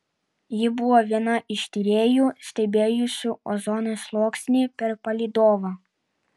ji buvo viena iš tyrėjų stebėjusių ozono sluoksnį per palydovą